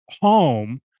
home